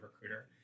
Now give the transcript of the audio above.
recruiter